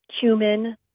cumin